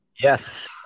Yes